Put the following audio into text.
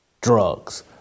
Drugs